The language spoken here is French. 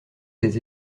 des